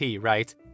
right